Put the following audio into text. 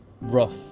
rough